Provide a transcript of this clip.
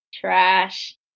trash